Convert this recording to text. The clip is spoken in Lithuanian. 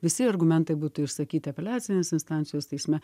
visi argumentai būtų išsakyti apeliacinės instancijos teisme